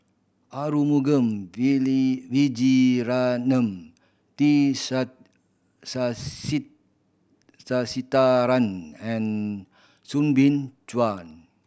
Arumugam Vijiaratnam T Sasitharan and Soo Bin Chua